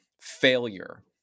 failure